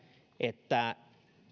että